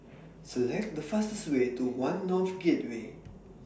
Select The fastest Way to one North Gateway